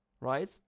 Right